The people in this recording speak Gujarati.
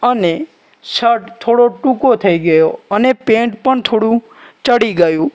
અને શટ થોડોક ટૂંકો થઈ ગયો અને પેન્ટ પણ થોડું ચઢી ગયું